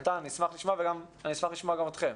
נתן, אני אשמח לשמוע, ואני אשמח לשמוע גם אתכם,